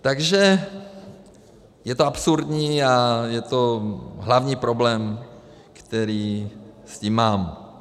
Takže je to absurdní a je to hlavní problém, který s tím mám.